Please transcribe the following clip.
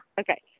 Okay